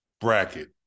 bracket